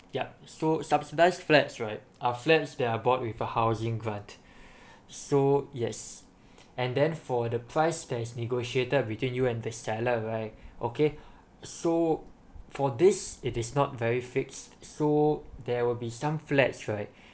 yup so subsidize flats right uh flats that are bought with a housing grant so yes and then for the price that is negotiated between you and the seller right okay so for this it is not very fixed so there will be some flats right